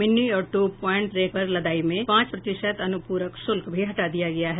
mini और two point rake पर लदाई में पांच प्रतिशत अनुपूरक शुल्क भी हटा दिया गया है